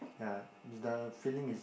ya the feeling is